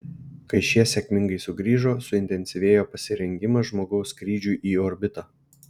kai šie sėkmingai sugrįžo suintensyvėjo pasirengimas žmogaus skrydžiui į orbitą